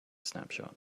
snapshot